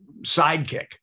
sidekick